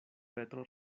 petro